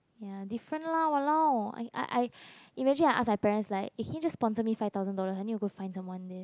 ya different lah !walao! I I I imagine I ask my parents like can you just sponsor me five thousand dollars I need go find someone there